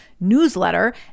newsletter